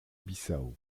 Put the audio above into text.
bissau